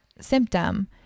symptom